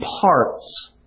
parts